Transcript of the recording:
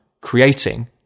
creating